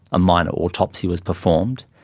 a minor autopsy was performed,